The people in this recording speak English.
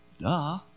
Duh